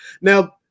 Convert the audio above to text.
Now